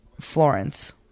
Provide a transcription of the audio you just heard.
Florence